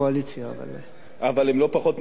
אבל הם לא פחות נחמדים מאנשי הקואליציה,